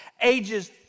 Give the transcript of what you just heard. Ages